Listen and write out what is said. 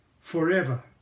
forever